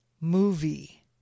movie